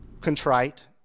contrite